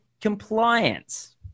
compliance